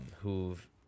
who've